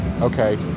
okay